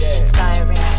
inspiring